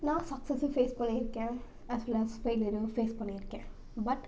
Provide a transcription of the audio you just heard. நான் சக்ஸஸும் ஃபேஸ் பண்ணியிருக்கேன் அஸ் வெல் அஸ் ஃபெயிலியரும் ஃபேஸ் பண்ணி இருக்கேன் பட்